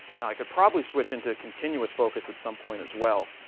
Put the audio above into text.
now i could probably switch into a continuous focus at some point as well,